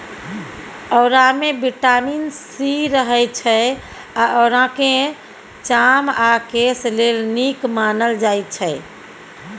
औरामे vitamin C रहय छै आ औराकेँ चाम आ केस लेल नीक मानल जाइ छै